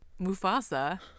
Mufasa